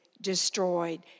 destroyed